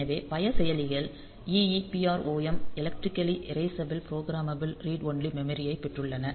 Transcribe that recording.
எனவே பல செயலிகள் EEPROM electrically erasable programmable read only memory ஐ பெற்றுள்ளன